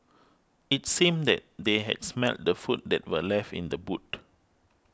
it seemed that they had smelt the food that were left in the boot